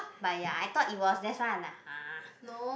but ya I thought it was that's why I like !huh!